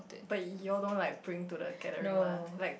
but you all don't like bring to the gathering lah like